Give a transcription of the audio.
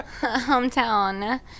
hometown